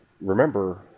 remember